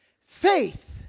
Faith